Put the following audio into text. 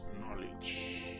knowledge